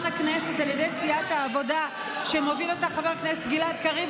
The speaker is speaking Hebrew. הכנסת על ידי סיעת העבודה שמוביל אותה חבר הכנסת גלעד קריב,